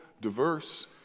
diverse